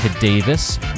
davis